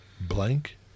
Blank